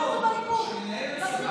זהו.